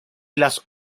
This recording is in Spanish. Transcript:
las